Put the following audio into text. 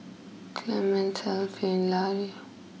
Clemence Elfie and Larry